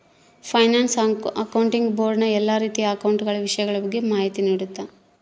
finance accounting board ನ ಎಲ್ಲಾ ರೀತಿಯ ಅಕೌಂಟ ಗಳ ವಿಷಯಗಳ ಬಗ್ಗೆ ಮಾಹಿತಿ ನೀಡುತ್ತ